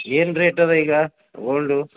ಏನು ರೇಟ್ ಇದೆ ಈಗ ಗೋಲ್ಡು